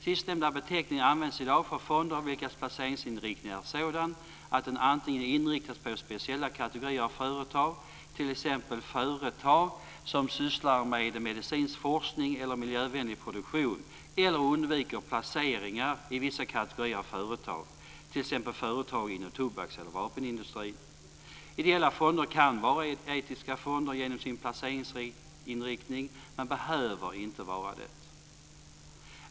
Sistnämnda beteckning används i dag för fonder vilkas placeringsinriktning är sådan att den antingen inriktas på speciella kategorier av företag, t.ex. företag som sysslar med medicinsk forskning eller miljövänlig produktion, eller undviker placeringar i vissa kategorier av företag, t.ex. företag inom tobaks eller vapenindustrin. Ideella fonder kan vara etiska fonder genom sin placeringsinriktning, men behöver inte vara det.